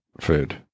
food